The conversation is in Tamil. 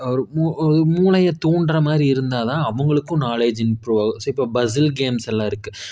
ஒரு மூளையை தூண்டுற மாதிரி இருந்தால்தான் அவங்களுக்கும் நாலேஜ் இம்ப்ரூவ் ஆகும் ஸோ இப்ப பசில் கேம்ஸெல்லாம் இருக்குது